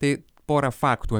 tai porą faktų